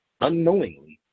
unknowingly